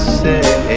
say